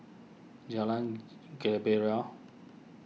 Jalan Gembira